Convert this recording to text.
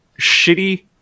shitty